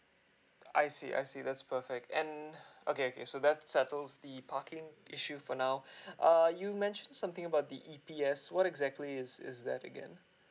I see I see that's perfect okay okay so that settles the parking issue for now uh you mention something about the E_P_S what exactly is is that again